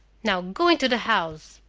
now go into the house!